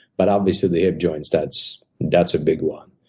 but obviously the hip joints, that's that's a big one.